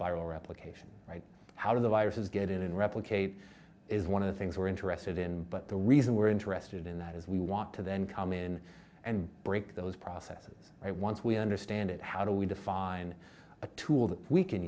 viral replication right out of the viruses get in and replicate is one of the things we're interested in but the reason we're interested in that is we want to then come in and break those processes once we understand it how do we define a tool that we can